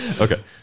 okay